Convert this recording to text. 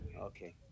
Okay